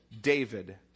David